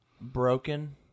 Broken